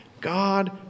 God